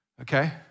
Okay